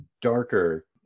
darker